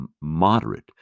moderate